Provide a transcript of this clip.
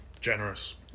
Generous